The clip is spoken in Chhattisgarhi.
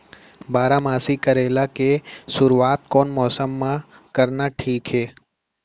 बारामासी करेला के शुरुवात कोन मौसम मा करना ठीक हे?